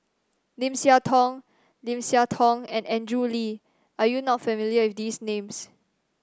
Lim Siah Tong Lim Siah Tong and Andrew Lee are you not familiar with these names